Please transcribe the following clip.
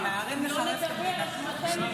אם לא נדבר, מתי נדבר?